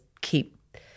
keep